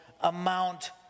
amount